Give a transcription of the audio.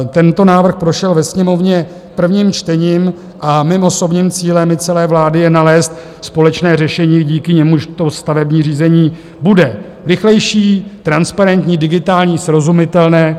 Tento návrh prošel ve Sněmovně prvním čtením a mým osobním cílem i celé vlády je nalézt společné řešení, díky němuž stavební řízení bude rychlejší, transparentní, digitální, srozumitelné.